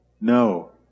No